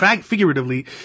figuratively